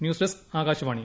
news desk Akashvani